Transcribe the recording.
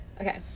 okay